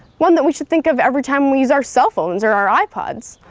one that we should think of every time we use our cell phones or our ipods.